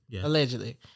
Allegedly